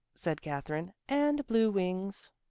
said katherine, and blue wings.